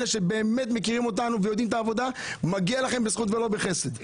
אלה שבאמת מכירים אותנו ויודעים את העבודה מגיע לכם בזכות ולא בחסד.